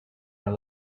are